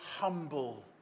humble